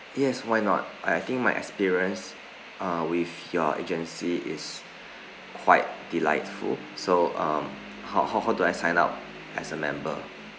yes why not I I think my experience uh with your agency is quite delightful so um how how how do I sign up as a member